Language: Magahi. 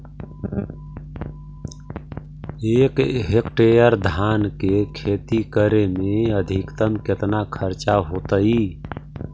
एक हेक्टेयर धान के खेती करे में अधिकतम केतना खर्चा होतइ?